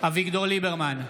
אביגדור ליברמן,